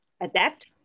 adapt